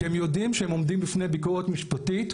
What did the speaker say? כי הם יודעים שהם עומדים בפני ביקורת משפטית,